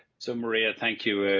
so maria, thank you,